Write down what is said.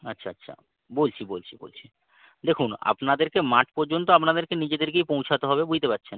আচ্ছা আচ্ছা বলছি বলছি বলছি দেখুন আপনাদেরকে মাঠ পর্যন্ত আপনাদেরকে নিজেদেরকেই পৌঁছাতে হবে বুঝতে পারছেন